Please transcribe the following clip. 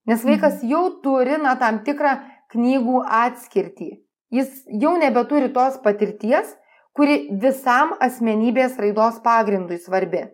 nes vaikas jau turi tam tikrą knygų atskirtį jis jau nebeturi tos patirties kuri visam asmenybės raidos pagrindui svarbi